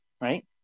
right